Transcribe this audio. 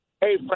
Hey